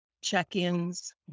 check-ins